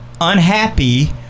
unhappy